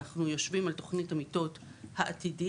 אנחנו יושבים על תוכנית המיטות העתידית,